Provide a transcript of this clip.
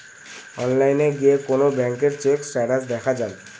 অনলাইনে গিয়ে কোন ব্যাঙ্কের চেক স্টেটাস দেখা যায়